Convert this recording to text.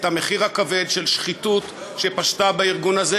את המחיר הכבד של שחיתות שפשתה בארגון הזה